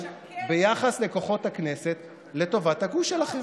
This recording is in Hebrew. שמשקף, ביחס לכוחות הכנסת לטובת הגוש שלכם.